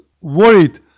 worried